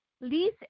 lease